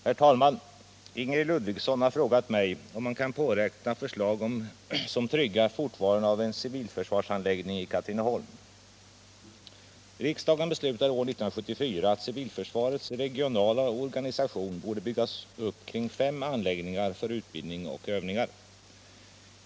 Herr talman! Ingrid Ludvigsson har frågat mig om man kan påräkna förslag som tryggar fortvaron av en civilförsvarsanläggning i Katrineholm. Riksdagen beslutade år 1974 att civilförsvarets regionala organisation borde byggas upp kring fem anläggningar för utbildning och övningar.